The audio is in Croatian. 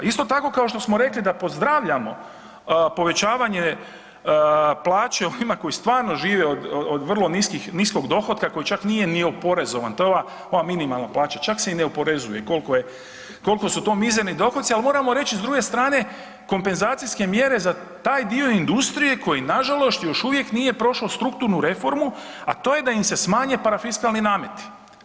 Isto tako kao što smo rekli da pozdravljamo povećavanje plaće onima koji stvarno žive od vrlo niskog dohotka koji čak nije ni oporezovan, to je ova minimalna plaća, čak se ni ne oporezuje koliko je, koliko su to mizerni dohoci, ali moramo reći s druge strane kompenzacijske mjere za taj dio industrije koji nažalost još uvijek nije prošao strukturnu reformu, a to je da im se smanje parafiskalni nameti.